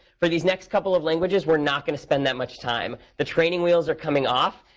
for these next couple of languages, we're not going to spend that much time. the training wheels are coming off.